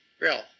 real